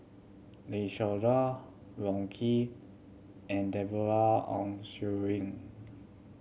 Lim Siong Guan Wong Keen and Deborah Ong